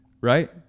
right